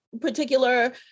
particular